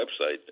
website